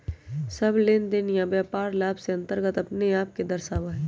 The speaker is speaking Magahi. सब लेनदेन या व्यापार लाभ के अन्तर्गत अपने आप के दर्शावा हई